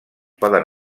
poden